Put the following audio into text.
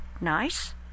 nice